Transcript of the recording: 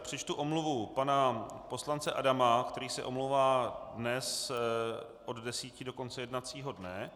Přečtu omluvu pana poslance Adama, který se omlouvá dnes od 10 do konce jednacího dne.